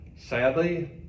Sadly